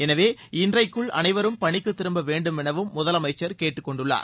எனவே இன்றைக்குள் அனைவரும் பணிக்குத் திரும்ப வேண்டும் எனவும் முதலமைச்ச் கேட்டுக்கொண்டுள்ளார்